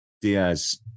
Diaz